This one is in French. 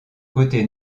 côté